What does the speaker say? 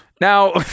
Now